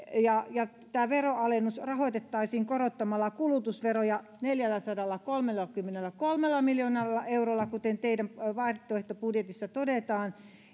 tämä veronalennus rahoitettaisiin korottamalla kulutusveroja neljälläsadallakolmellakymmenelläkolmella miljoonalla eurolla kuten teidän vaihtoehtobudjetissanne todetaan